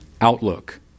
outlook